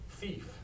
Thief